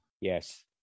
yes